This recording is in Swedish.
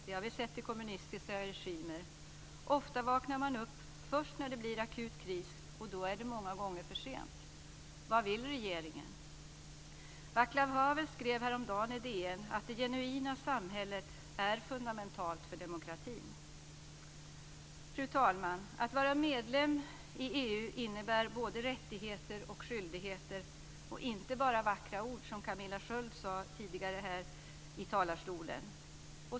Det har vi sett hos kommunistiska regimer. Ofta vaknar man upp först när det blir akut kris, och då är det många gånger för sent. Vad vill regeringen? Vaclav Havel skrev häromdagen i Dagens Nyheter att det genuina civila samhället är fundamentalt för demokratin. Fru talman! Att vara medlem i EU innebär både rättigheter och skyldigheter och inte bara vackra ord, som Camilla Sköld Jansson sade tidigare här i talarstolen.